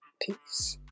Peace